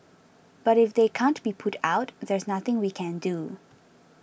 but if they can't be put out there's nothing we can do